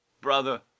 brother